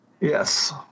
yes